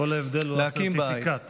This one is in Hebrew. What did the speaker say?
כל ההבדל הוא הסרטיפיקט.